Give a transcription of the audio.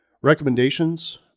Recommendations